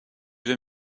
vais